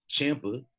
Champa